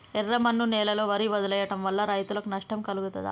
ఎర్రమన్ను నేలలో వరి వదిలివేయడం వల్ల రైతులకు నష్టం కలుగుతదా?